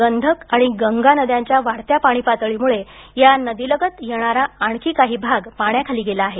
गंडक आणि गंगा नद्याच्या वाढत्या पाणीपातळीमुळे या नदीलगत येणारा आणखी काही भाग पाण्याखाली गेला आहे